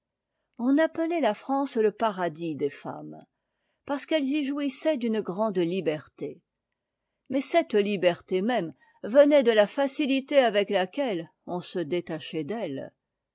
on appelait la france le paradis des femmes parce qu'elles y jouissaient d'une grande liberté mais cette liberté même venait de la facilité avec laquelle on se détachait d'elles